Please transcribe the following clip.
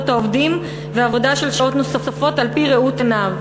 העובדים ועבודה של שעות נוספות על-פי ראות עיניו.